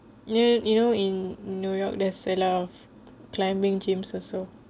you know you know in new york there's a lot of climbing gyms also